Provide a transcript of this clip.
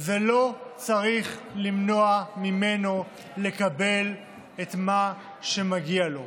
זה לא צריך למנוע ממנו לקבל את מה שמגיע לו,